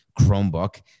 Chromebook